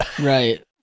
Right